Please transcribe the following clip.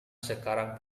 sekarang